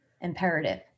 imperative